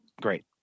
great